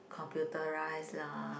computerize lah